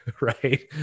Right